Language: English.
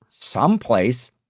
someplace